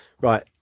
right